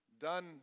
done